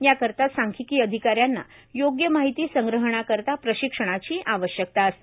याकरिता सांख्यिकी अधिकाऱ्यांना योग्य माहिती संग्रहणाकरिता प्रशिक्षणाची आवश्यकता असते